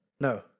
No